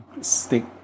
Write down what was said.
stick